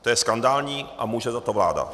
To je skandální a může za to vláda.